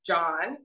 John